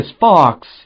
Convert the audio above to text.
Fox